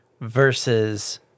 versus